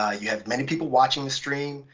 ah you have many people watching the stream.